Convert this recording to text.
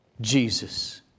Jesus